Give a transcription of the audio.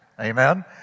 Amen